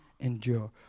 endure